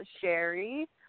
Sherry